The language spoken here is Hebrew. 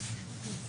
עסקי.